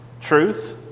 truth